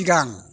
सिगां